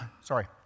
sorry